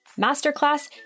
masterclass